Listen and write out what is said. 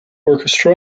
orchestra